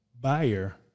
buyer